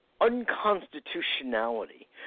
unconstitutionality